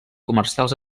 comercials